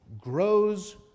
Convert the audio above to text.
grows